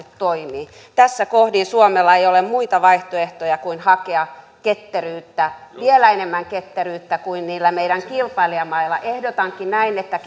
toimii tässä kohdin suomella ei ole muita vaihtoehtoja kuin hakea ketteryyttä vielä enemmän ketteryyttä kuin niillä meidän kilpailijamaillamme ehdotankin näin että